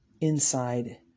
inside